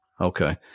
Okay